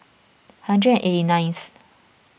hundred eighty ninth